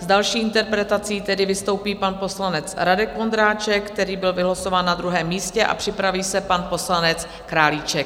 S další interpelací tedy vystoupí pan poslanec Radek Vondráček, který byl vylosován na druhém místě, a připraví se pan poslanec Králíček.